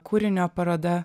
kūrinio paroda